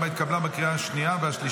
התקבלה בקריאה השנייה והשלישית,